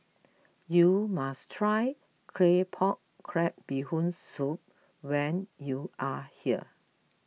you must try Claypot Crab Bee Hoon Soup when you are here